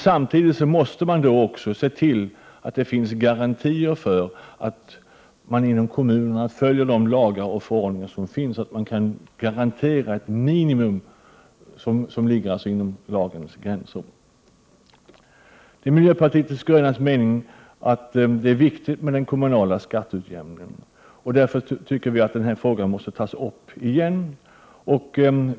Samtidigt måste man se till att det finns garantier för att kommunerna följer de lagar och förordningar som finns, dvs. att man kan garantera ett minimum som ligger inom lagens gränser. Det är miljöpartiet de grönas mening att frågan om den kommunala skatteutjämningen är viktig. Därför menar vi att frågan måste tas upp på nytt.